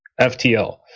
FTL